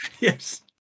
Yes